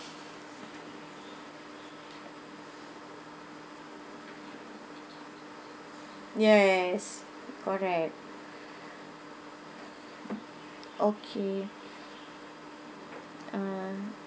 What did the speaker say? yes correct okay uh